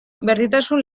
berdintasun